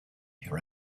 her